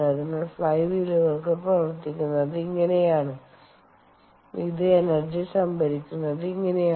അതിനാൽ ഫ്ലൈ വീലുകൾ പ്രവർത്തിക്കുന്നത് ഇങ്ങനെയാണ് ഇത് എനർജി സംഭരിക്കുന്നത് ഇങ്ങനെയാണ്